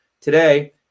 today